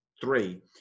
three